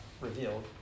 revealed